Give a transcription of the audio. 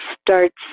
starts